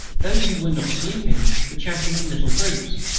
those who were not sleeping were chatting in little groups.